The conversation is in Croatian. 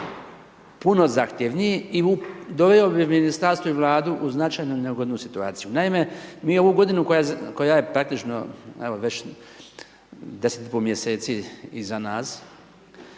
puno zahtjevniji i doveo bi ministarstvo i vladu u značajno neugodnu situaciju. Naime, mi ovu godinu koja je praktično evo već 10 i po mjeseci iza nas